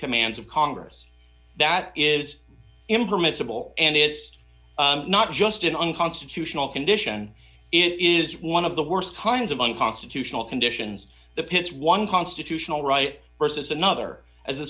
commands of congress that is impermissible and it's not just an unconstitutional condition it is one of the worst kinds of unconstitutional conditions the pits one constitutional right versus another as the